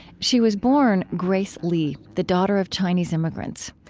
she was born grace lee, the daughter of chinese immigrants.